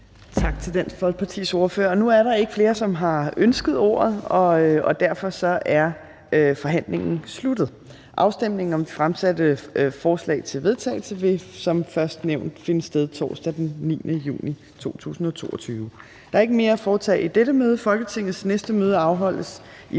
Tak til Dansk Folkepartis ordfører. Nu er der ikke flere, som har ønsket ordet, og derfor er forhandlingen sluttet. Afstemningen om de fremsatte forslag til vedtagelse vil som nævnt først finde sted torsdag den 9. juni 2022. --- Kl. 15:17 Meddelelser fra formanden Tredje næstformand